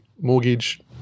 mortgage